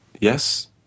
Yes